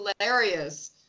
hilarious